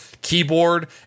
keyboard